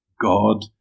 God